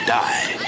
die